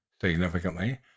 significantly